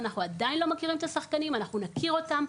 אנחנו עדיין לא מכירים את השחקנים; אנחנו נכיר אותם,